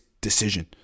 decision